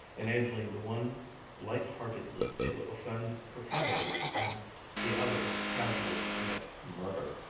enabling the one light-heartedly to offend proprieties and the other casually to commit murder.